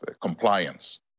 compliance